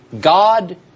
God